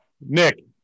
Nick